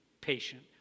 patient